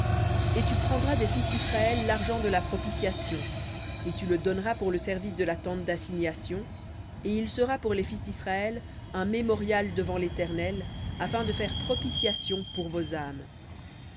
et tu prendras des fils d'israël l'argent de la propitiation et tu le donneras pour le service de la tente d'assignation et il sera pour les fils d'israël un mémorial devant l'éternel afin de faire propitiation pour vos âmes